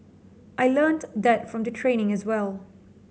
I learnt that from the training as well